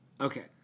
Okay